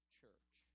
church